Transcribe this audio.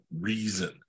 reason